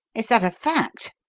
is that a fact?